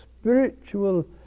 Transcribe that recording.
spiritual